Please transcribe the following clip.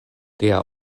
tia